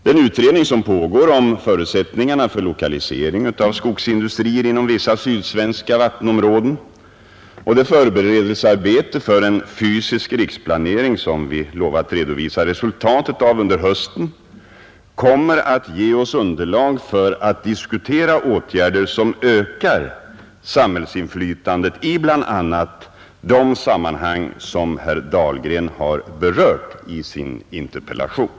Den utredning som pågår om förutsättningarna för lokalisering av skogsindustrier inom vissa sydsvenska vattenområden och det förberedel searbete för en fysisk riksplanering som vi lovat att redovisa resultatet av under hösten kommer att ge oss underlag för att diskutera åtgärder som ökar samhällsinflytandet i bl.a. de sammanhang som herr Dahlgren har berört i sin interpellation.